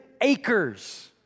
acres